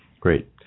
Great